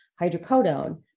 hydrocodone